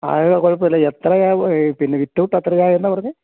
ആ അത് കുഴപ്പമില്ല എത്ര പിന്നെ വിത്തൌട്ട് എത്ര ചായ എന്നാണ് പറഞ്ഞത്